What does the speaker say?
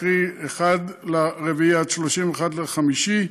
קרי מ-1 באפריל עד 31 במאי,